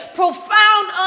profound